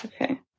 Okay